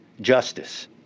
justice